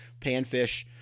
panfish